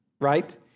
right